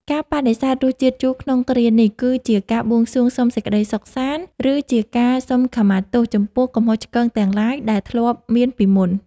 ការបដិសេធរសជាតិជូរក្នុងគ្រានេះគឺជាការបួងសួងសុំសេចក្តីសុខសាន្ត ឬ ជាការសុំខមាលទោសចំពោះកំហុសឆ្គងទាំងឡាយដែលធ្លាប់មានពីមុន។